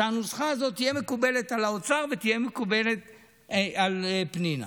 ושהנוסחה הזו תהיה מקובלת על האוצר ותהיה מקובלת על פנינה.